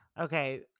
Okay